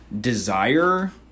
desire